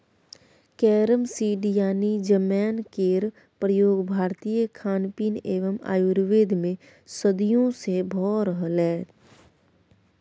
carrom seed यानी जमैन केर प्रयोग भारतीय खानपीन एवं आयुर्वेद मे सदियों सँ भ रहलैए